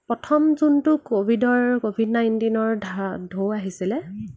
প্ৰথম যোনটো ক'ভিডৰ ক'ভিড নাইণ্টিনৰ ঢৌ আহিছিলে